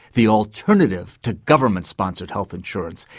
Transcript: the alternative to government-sponsored health insurance.